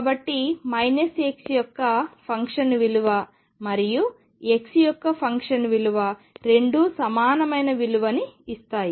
కాబట్టి x యొక్క function విలువ మరియు x యొక్క ఫంక్షన్ విలువ రెండూ సమానమైన విలువని ఇస్తాయి